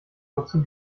wozu